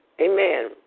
Amen